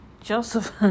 Joseph